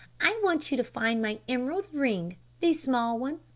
i want you to find my emerald ring, the small one,